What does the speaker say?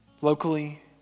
Locally